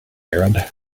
arab